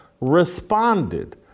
responded